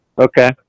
Okay